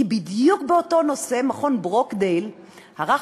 כי בדיוק באותו נושא מכון ברוקדייל ערך